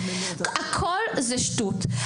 הכול זה שטות.